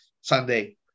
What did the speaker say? Sunday